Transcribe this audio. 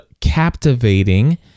Captivating